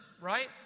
right